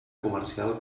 comercial